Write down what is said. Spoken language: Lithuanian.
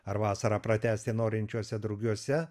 ar vasarą pratęsti norinčiose drugiuose